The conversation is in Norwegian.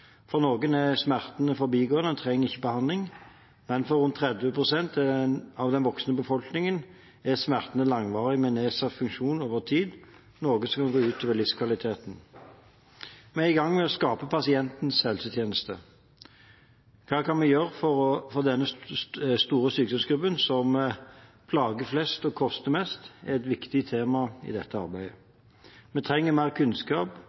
For noen er smertene forbigående og trenger ikke behandling, men for rundt 30 pst. av den voksne befolkningen er smertene langvarige med nedsatt funksjon over tid, noe som kan gå ut over livskvaliteten. Vi er i gang med å skape pasientens helsetjeneste. Hva vi kan gjøre for denne store sykdomsgruppen, som «plager flest og koster mest», er et viktig tema i dette arbeidet. Vi trenger mer kunnskap,